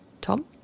Tom